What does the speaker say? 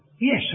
yes